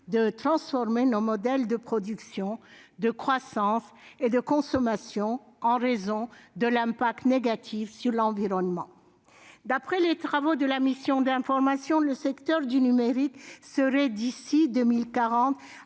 de transformer nos modèles de production, de croissance et de consommation en raison de leur impact négatif sur l'environnement. D'après les travaux de la mission d'information, si rien n'était fait, le secteur du numérique serait en 2040